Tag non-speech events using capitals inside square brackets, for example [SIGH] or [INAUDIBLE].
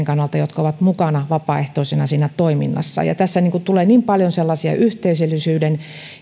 [UNINTELLIGIBLE] kannalta jotka ovat vapaaehtoisena mukana siinä toiminnassa tässä tulee niin paljon sellaisia yhteisöllisyyden